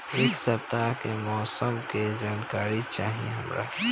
एक सपताह के मौसम के जनाकरी चाही हमरा